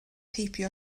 heibio